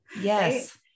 Yes